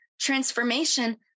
transformation